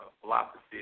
philosophy